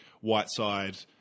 Whiteside